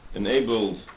enables